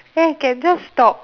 ya can just talk